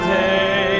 day